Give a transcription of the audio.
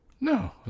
No